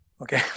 Okay